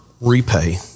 repay